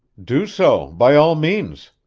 do so, by all means!